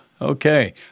Okay